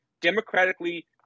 democratically